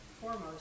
foremost